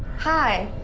hi!